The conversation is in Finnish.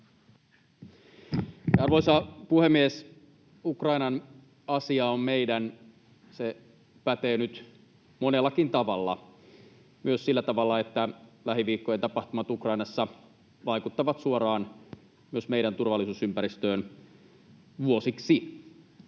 Arvoisa puhemies! Ukrainan asia on meidän. Se pätee nyt monellakin tavalla, myös sillä tavalla, että lähiviikkojen tapahtumat Ukrainassa vaikuttavat vuosiksi suoraan myös meidän turvallisuusympäristöön.